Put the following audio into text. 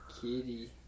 Kitty